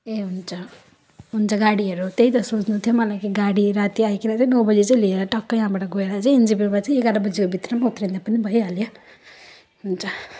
ए हुन्छ हुन्छ गाडीहरू त्यही त सोध्नु थियो मलाई गाडी राति आइकन चाहिँ नौ बजी चाहिँ लिएर टक्कै यहाँबाट गएर चाहिँ एनजेपीमा चाहिँ एघार बजीको भित्रमा उत्रिँदा पनि भइहाल्यो हुन्छ